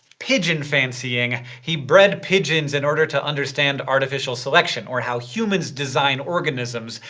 pigeon fancying. he bred pigeons in order to understand artificial selection, or how humans design organisms.